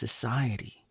society